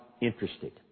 interested